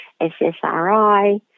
SSRI